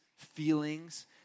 feelings